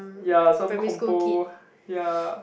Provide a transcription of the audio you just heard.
ya some compo ya